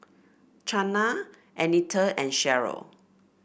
Chana Annetta and Sharyl